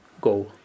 go